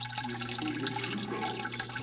you see, the truth is,